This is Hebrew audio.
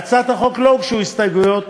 להצעת החוק לא הוגשו הסתייגויות,